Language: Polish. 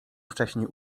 wcześniej